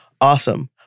awesome